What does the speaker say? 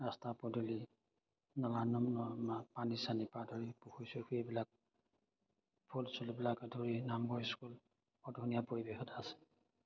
ৰাস্তা পদূলি নলা পানী চানী পা ধৰি পুখুৰী চুখুৰী এইবিলাক ফুল চুলবিলাক ধৰি নামঘৰ স্কুল বৰ ধুনীয়া পৰিৱেশ এটা আছে